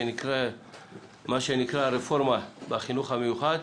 מה שנקרא הרפורמה בחינוך המיוחד,